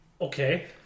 okay